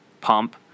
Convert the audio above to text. pump